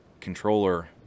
controller